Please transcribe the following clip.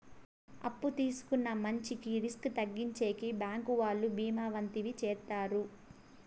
అప్పు తీసుకున్న మంచికి రిస్క్ తగ్గించేకి బ్యాంకు వాళ్ళు బీమా వంటివి చేత్తారు